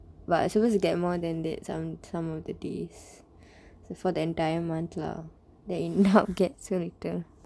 but I supposed get more than that some some of the days for the entire month lah then end up get so little